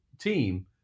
team –